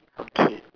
okay